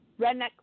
Redneck